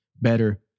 better